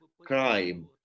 crime